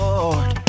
Lord